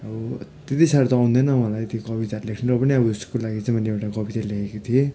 अब त्यति साह्रो त आउँदैन मलाई त्यो कविता लेख्न पनि अब उसको लागि चाहिँ मैले एउटा कविता लेखेको थिएँ